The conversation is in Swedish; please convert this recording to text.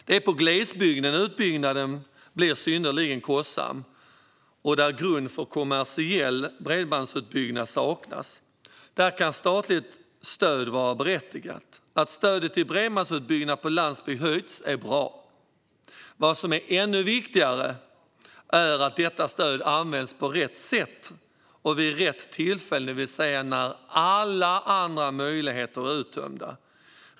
Det är i glesbygden och där grund för kommersiell bredbandsutbyggnad saknas som utbyggnaden blir synnerligen kostsam. Där kan statligt stöd vara berättigat. Att stödet till bredbandsutbyggnad på landsbygd har höjts är bra. Ännu viktigare är att detta stöd används på rätt sätt och vid rätt tillfällen, det vill säga när alla andra möjligheter är uttömda.